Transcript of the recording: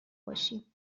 باشی